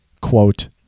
quote